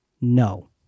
no